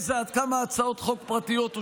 כמה הצעות חוק פרטיות של האופוזיציה